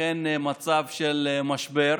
אכן מצב של משבר,